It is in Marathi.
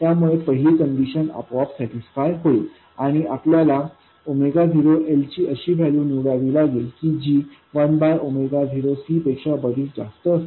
त्यामुळे पहिली कंडीशन आपोआप सॅटिस्फाय होईल आणि आपल्याला 0L ची अशी व्हॅल्यू निवडावी लागेल की जी 1 बाय 0C पेक्षा बरीच जास्त असेल